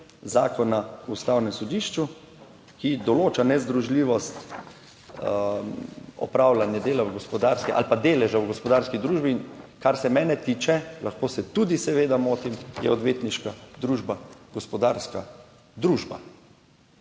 Zakona o Ustavnem sodišču, ki določa nezdružljivost opravljanja dela v gospodarski ali pa deleža v gospodarski družbi, in kar se mene tiče, lahko se tudi seveda motim, je odvetniška družba gospodarska družba.